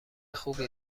خوبی